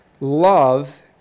love